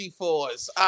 G4s